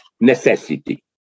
necessity